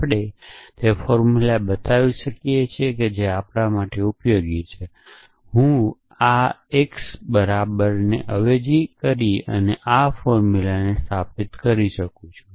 આપણે તે ફોર્મ્યુલા બનાવી શકીએ છીએ જે આપણા માટે ખૂબ ઉપયોગી છે જે હું આ બરાબર x ને અવેજી કરીને આ ફોર્મુલાને સ્થાપિત કરી શકું છું